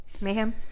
Mayhem